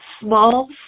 small